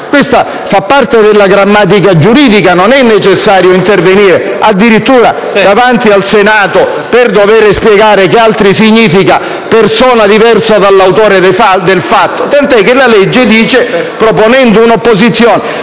questo fa parte della grammatica giuridica, non è necessario intervenire addirittura davanti al Senato per spiegare che «altri» significa persone diverse dall'autore del fatto, tant'è che la legge dice, proponendo una opposizione